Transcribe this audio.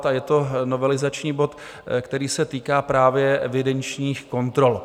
Je to novelizační bod, který se týká právě evidenčních kontrol.